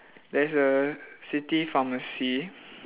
there's a city pharmacy